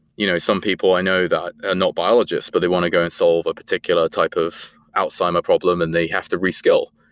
you know some people i know that are ah not biologists, but they want to go and solve a particular type of alzheimer problem and they have to reskill.